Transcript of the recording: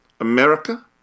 America